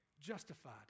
Justified